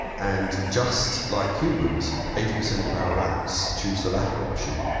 and just like humans eighty percent of our rats choose the latter option,